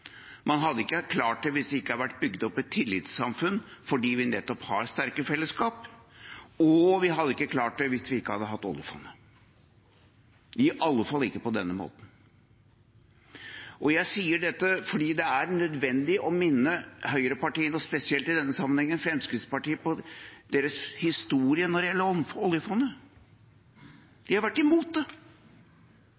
hadde ikke klart det hvis det ikke hadde vært bygd opp et tillitssamfunn, fordi vi nettopp har sterke fellesskap, og vi hadde ikke klart det hvis vi ikke hadde hatt oljefondet – i alle fall ikke på denne måten. Jeg sier dette fordi det er nødvendig å minne høyrepartiene og i denne sammenhengen spesielt Fremskrittspartiet på deres historie når det gjelder oljefondet. De har vært imot det. Og om